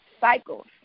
cycles